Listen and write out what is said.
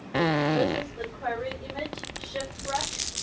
if this is the query image, ship wrecked,